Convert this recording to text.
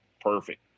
Perfect